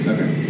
Okay